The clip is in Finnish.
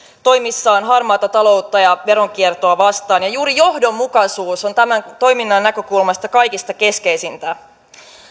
toimissaan harmaata taloutta ja veronkiertoa vastaan ja juuri johdonmukaisuus on tämän toiminnan näkökulmasta kaikista keskeisintä